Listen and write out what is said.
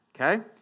okay